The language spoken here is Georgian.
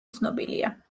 ცნობილია